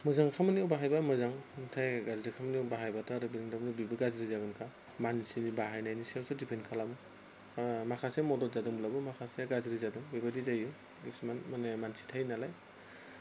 मोजां खामानियाव बाहायबा मोजां नाथाय गाज्रि खामानियाव बाहायबाथाय आरो बेबो गाज्रि जागोनखा मानसिनि बाहायनायनि सायावसो दिपेन्द खालामो माखासे मदद जादोंब्लाबो माखासेया गाज्रि जादों बेबायदि जायो किसुमान माने मानसि थायो नालाय